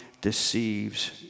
deceives